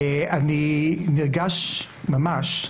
אני נרגש ממש,